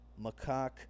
macaque